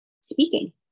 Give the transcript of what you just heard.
speaking